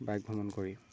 bike ভ্ৰমণ কৰি